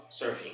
surfing